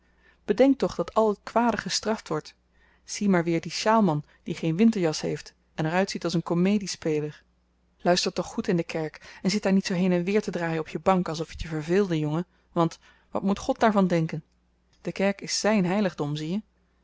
bedenk toch dat al het kwade gestraft wordt zie maar weer dien sjaalman die geen winterjas heeft en er uitziet als een komediespeler luister toch goed in de kerk en zit daar niet zoo heen-en-weer te draaien op je bank alsof t je verveelde jongen want wat moet god daarvan denken de kerk is zyn heiligdom zie je